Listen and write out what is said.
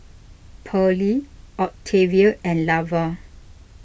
Pearley Octavia and Lavar